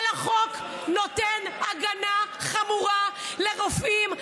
החוק נותן הגנה חמורה לרופאים,